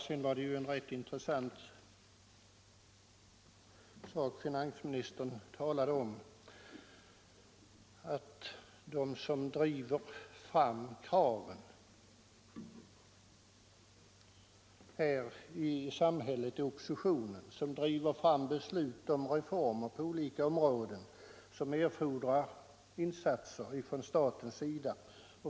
Sedan var det en rätt intressant sak finansministern talade om — att de som driver kraven här i samhället är företrädarna för oppositionen. De driver fram beslut om de reformer på olika områden som erfordrar insatser från statens sida.